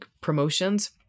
promotions